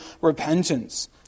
repentance